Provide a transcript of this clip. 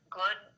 good